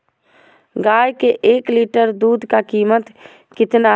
गाय के एक लीटर दूध का कीमत कितना है?